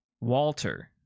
Walter